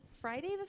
friday